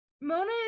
Mona